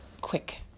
Quick